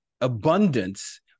abundance